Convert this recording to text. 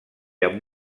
amb